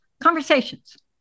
Conversations